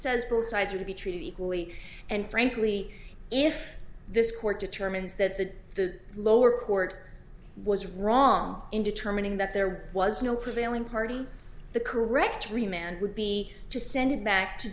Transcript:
says both sides are to be treated equally and frankly if this court determines that the the lower court was wrong in determining that there was no prevailing party the correct remained would be to send it back to